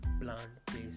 plant-based